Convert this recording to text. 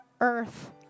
earth